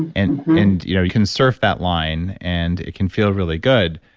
and and you know you can surf that line and it can feel really good,